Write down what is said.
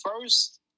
first